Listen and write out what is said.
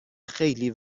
خیلی